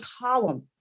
column